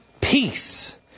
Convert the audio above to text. peace